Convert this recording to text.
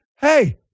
hey